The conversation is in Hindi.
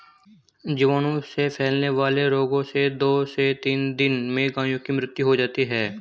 बीजाणु से फैलने वाले रोगों से दो से तीन दिन में गायों की मृत्यु हो जाती है